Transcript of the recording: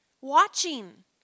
watching